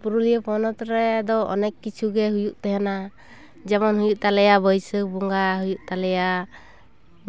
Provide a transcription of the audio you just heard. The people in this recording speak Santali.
ᱯᱩᱨᱩᱞᱤᱭᱟᱹ ᱯᱚᱱᱚᱛ ᱨᱮᱫᱚ ᱚᱱᱮᱠ ᱠᱤᱪᱷᱩ ᱜᱮ ᱦᱩᱭᱩᱜ ᱛᱟᱦᱮᱱᱟ ᱡᱮᱢᱚᱱ ᱦᱩᱭᱩᱜ ᱛᱟᱞᱮᱭᱟ ᱵᱟᱹᱭᱥᱟᱹᱠᱷ ᱵᱚᱸᱜᱟ ᱦᱩᱭᱩᱜ ᱛᱟᱞᱮᱭᱟ